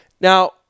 Now